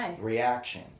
reaction